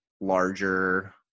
larger